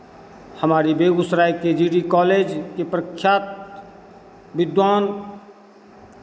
हमारी बेगूसराय के G D college के प्रख्यात विद्वान